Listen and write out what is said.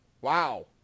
Wow